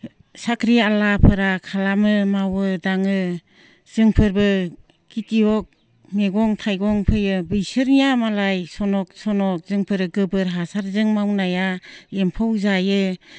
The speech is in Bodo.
साख्रिआवलाफोरा खालामो मावो दाङो जोंफोरबो खेतियक मैगं थाइगं फोयो बिसोरनिया मालाय सनक सनक जोंफोर गोबोर हासारजों मावनाया एम्फौ जायो